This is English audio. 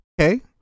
Okay